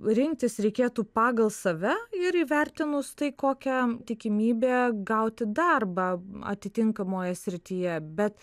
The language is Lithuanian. rinktis reikėtų pagal save ir įvertinus tai kokia tikimybė gauti darbą atitinkamoje srityje bet